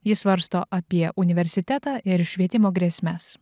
jis svarsto apie universitetą ir švietimo grėsmes